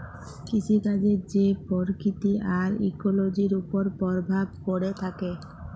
কিসিকাজের যে পরকিতি আর ইকোলোজির উপর পরভাব প্যড়ে থ্যাকে